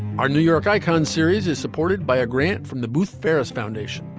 our new york icon series is supported by a grant from the buth ferris foundation.